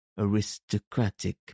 aristocratic